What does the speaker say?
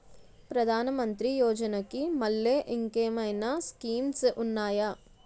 ప్రధాన మంత్రి యోజన కి మల్లె ఇంకేమైనా స్కీమ్స్ ఉన్నాయా?